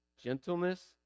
gentleness